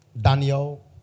Daniel